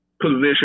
position